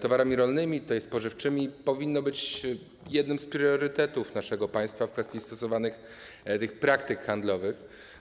towarami rolnymi i spożywczymi powinno być jednym z priorytetów naszego państwa w kwestii stosowanych praktyk handlowych.